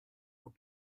what